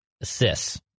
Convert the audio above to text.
assists